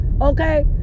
Okay